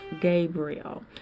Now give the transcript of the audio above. Gabriel